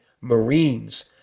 Marines